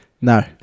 No